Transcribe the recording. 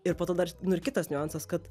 ir po to dar ir kitas niuansas kad